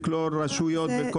לכלול רשויות?